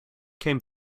came